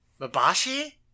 Mabashi